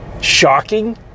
shocking